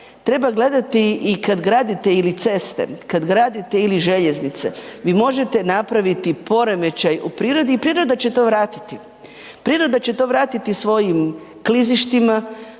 Treba gledati i kad gradite ili ceste, kad gradite ili željeznice, vi možete napraviti poremećaj u prirodi i priroda će to vratiti. Priroda će to vratiti svojim klizištima,